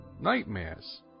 nightmares